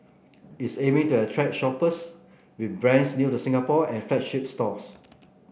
it's aiming to attract shoppers with brands new to Singapore and flagship stores